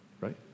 Right